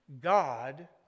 God